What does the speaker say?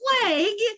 plague